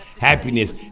happiness